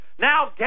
Now